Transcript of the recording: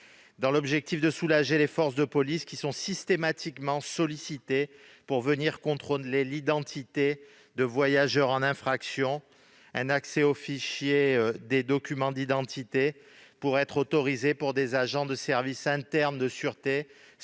dans l'objectif de soulager les forces de police, qui sont systématiquement sollicitées pour venir contrôler l'identité de voyageurs en infraction. Un accès aux fichiers des documents d'identité pourrait être autorisé pour des agents du service interne de sûreté